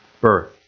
Birth